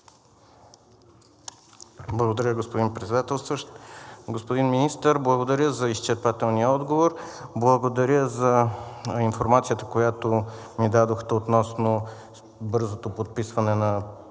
Благодаря, господин Председателстващ. Господин Министър, благодаря за изчерпателния отговор. Благодаря за информацията, която ми дадохте, относно бързото подписване на